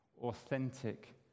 authentic